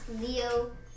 Leo